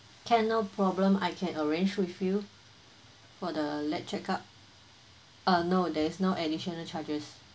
can no problem I can arrange with you for the late checkout uh no there is no additional charges